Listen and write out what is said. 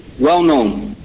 well-known